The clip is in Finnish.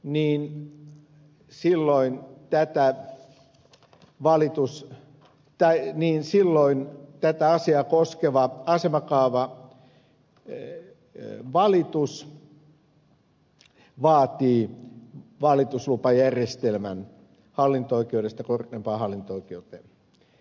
niin silloin käyttää valitus tai niin silloin yleiskaavassa asiaa koskeva asemakaavavalitus vaatii valituslupajärjestelmän hallinto oikeudesta korkeimpaan hallinto oikeuteen